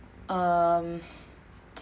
um